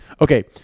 Okay